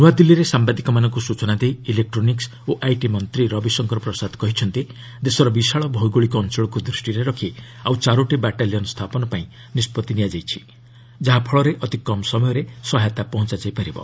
ନୁଆଦିଲ୍ଲୀରେ ସାମ୍ବାଦିକମାନଙ୍କୁ ସ୍ଚଚନା ଦେଇ ଇଲେକ୍ତୋନିକ୍କ ଓ ଆଇଟି ମନ୍ତ୍ରୀ ରବିଶଙ୍କର ପ୍ରସାଦ କହିଛନ୍ତି ଦେଶର ବିଶାଳ ଭୌଗଳିକ ଅଞ୍ଚଳକୁ ଦୃଷ୍ଟିରେ ରଖି ଆଉ ଚାରୋଟି ବାଟାଲିୟନ୍ ସ୍ଥାପନ ପାଇଁ ନିଷ୍କଭି ନିଆଯାଇଛି ଯାହାଫଳରେ ଅତି କମ୍ ସମୟରେ ସହାୟତା ପହଞ୍ଚାଯାଇ ପାରିବ